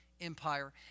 empire